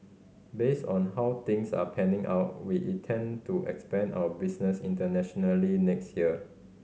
based on how things are panning out we intend to expand our business internationally next year